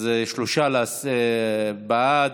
אז שלושה בעד,